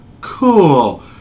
Cool